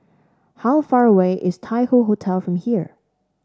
how far away is Tai Hoe Hotel from here